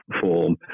form